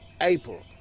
April